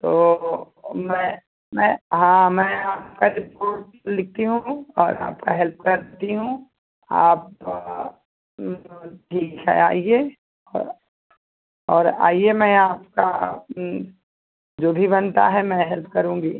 तो मैं मैं हाँ मैं यहाँ पर रिपोर्ट लिखती हूँ और आपका हेल्प करती हूँ आप ठीक है आइए और और आइए मैं आपका जो भी बनता है मैं हेल्प करूँगी